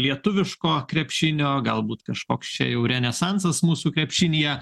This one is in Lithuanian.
lietuviško krepšinio galbūt kažkoks čia jau renesansas mūsų krepšinyje